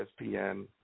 ESPN